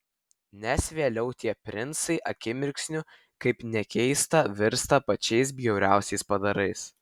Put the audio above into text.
nes vėliau tie princai akimirksniu kaip nekeista virsta pačiais bjauriausiais padarais